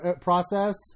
process